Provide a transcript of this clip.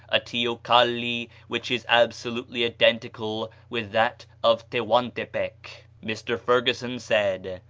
a teocalli which is absolutely identical with that of tehuantepec. mr. ferguson said,